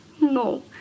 no